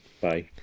Bye